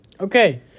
Okay